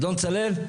אדון צלאל,